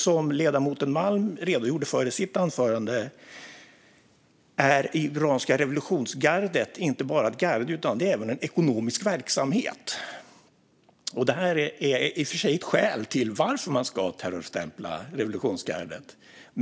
Som ledamoten Malm redogjorde för i sitt anförande är det iranska revolutionsgardet inte bara ett garde utan även en ekonomisk verksamhet. Detta är i och för sig ett skäl till att man ska terrorstämpla revolutionsgardet.